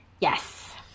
Yes